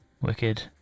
wicked